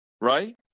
Right